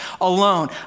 alone